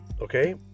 Okay